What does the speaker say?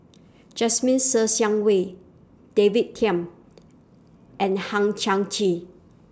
Jasmine Ser Xiang Wei David Tham and Hang Chang Chieh